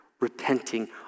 repenting